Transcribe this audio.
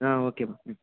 okay